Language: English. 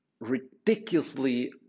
ridiculously